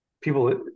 people